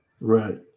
Right